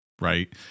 right